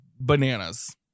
bananas